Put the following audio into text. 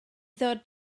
ddod